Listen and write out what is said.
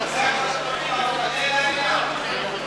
שמח שאתה מבין, אבל תענה לעניין.